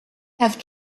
have